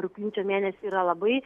rugpjūčio mėnesį yra labai